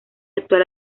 actual